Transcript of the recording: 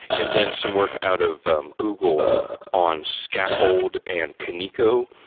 and then some work out of google on scaffold and kaneko.